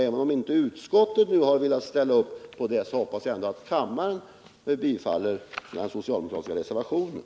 Även om utskottsmajoriteten inte nu har velat sluta upp bakom våra krav vågar jag ändå hoppas att kammarens ledamöter skall bifalla den socialdemokratiska reservationen.